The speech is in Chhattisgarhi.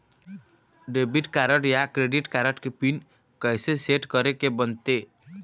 डेबिट कारड या क्रेडिट कारड के पिन कइसे सेट करे के बनते?